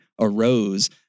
arose